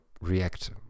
react